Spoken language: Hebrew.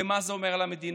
ומה זה אומר על המדינה?